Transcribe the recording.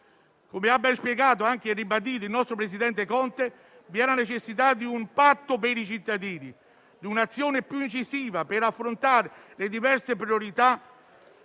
Come ha ben spiegato e anche ribadito il nostro presidente Conte, vi è la necessità di un patto per i cittadini, di un'azione più incisiva per affrontare le diverse priorità